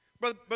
Brother